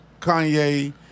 Kanye